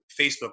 Facebook